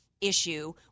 issue